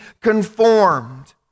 conformed